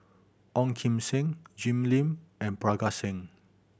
Ong Kim Seng Jim Lim and Parga Singh